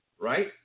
right